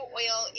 oil